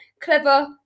clever